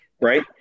Right